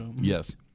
Yes